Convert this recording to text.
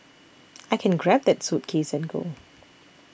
I can grab that suitcase and go